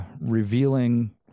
revealing